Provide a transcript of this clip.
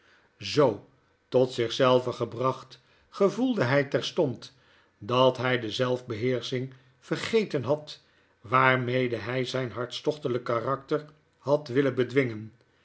zoo tot zich zelven gebracht gevoelde hy terstond dat hy de zelfbeheersching vergeten had waarmede hj zyn hartstochtelyk karakter had willen bedwingen